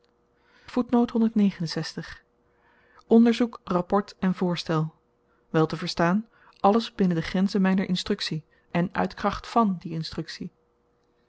onderzoek rapport en voorstel wel te verstaan alles binnen den grens myner instruktie en uit kracht van die instruktie